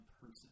person